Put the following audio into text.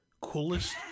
coolest